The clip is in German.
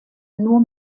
nur